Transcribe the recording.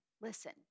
listen